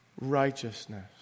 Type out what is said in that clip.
righteousness